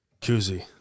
Kuzi